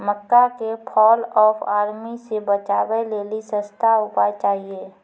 मक्का के fall of army से बचाबै लेली सस्ता उपाय चाहिए?